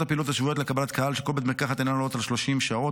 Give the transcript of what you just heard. הפעילות השבועיות לקבלת קהל של כל בית מרקחת אינן עולות על 30 שעות,